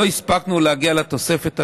לא הספקנו להגיע לתוספת השנייה,